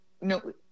no